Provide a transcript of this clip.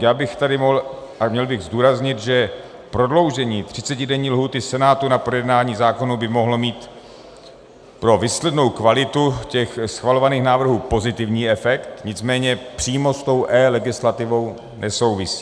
Já bych teď tady měl zdůraznit, že prodloužení třicetidenní lhůty Senátu na projednání zákonů by mohlo mít pro výslednou kvalitu schvalovaných návrhů pozitivní efekt, nicméně přímo s tou eLegislativou nesouvisí.